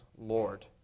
Lord